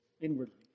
inwardly